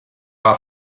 war